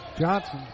Johnson